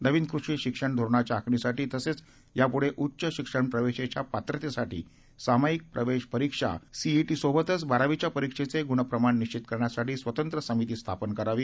नवीन कृषी शिक्षण धोरणांच्या आखणीसाठी तसेच यापुढे उच्च शिक्षणप्रवेशाच्या पात्रतेसाठी सामाईक प्रवेश परीक्षा सीईटी सोबतच बारावीच्या परीक्षेचे गुणप्रमाण निश्वित करण्यासाठी स्वतंत्र समिती स्थापन करावी